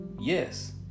Yes